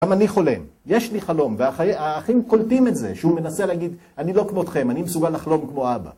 גם אני חולם, יש לי חלום, והאחים קולטים את זה, שהוא מנסה להגיד אני לא כמותכם, אני מסוגל לחלום כמו אבא.